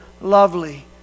lovely